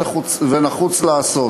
ונחוץ לעשות.